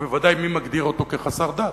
ובוודאי מי מגדיר אותו כחסר דת?